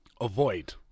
avoid